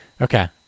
Okay